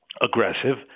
aggressive